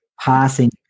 Passing